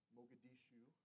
Mogadishu